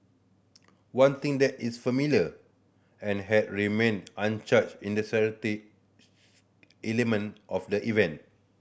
one thing that is familiar and has remained unchanged in the charity element of the event